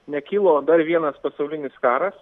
nekilo dar vienas pasaulinis karas